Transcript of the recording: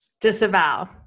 disavow